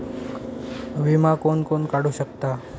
विमा कोण कोण काढू शकता?